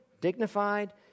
dignified